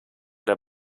der